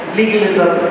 legalism